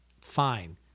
fine